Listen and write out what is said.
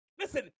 Listen